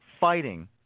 fighting